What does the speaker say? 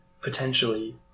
potentially